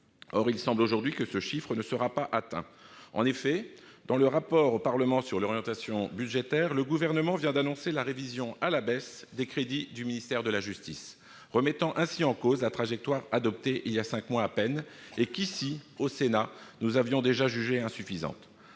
Or il semble aujourd'hui que ce chiffre ne sera pas atteint. En effet, dans le rapport au Parlement sur l'orientation budgétaire, le Gouvernement vient d'annoncer la révision à la baisse des crédits du ministère de la justice, remettant ainsi en cause la trajectoire adoptée il y a cinq mois à peine et que le Sénat avait déjà jugée insuffisante.